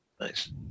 Nice